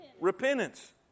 repentance